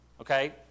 Okay